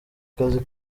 kazi